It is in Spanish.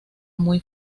muy